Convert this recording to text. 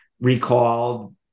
recalled